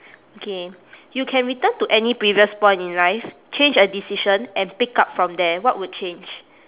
okay you can return to any previous point in life change a decision and pick up from there what would change